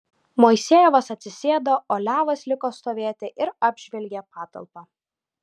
moisejevas atsisėdo o levas liko stovėti ir apžvelgė patalpą